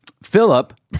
Philip